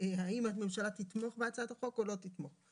האם הממשלה תתמוך בהצעת החוק או לא תתמוך.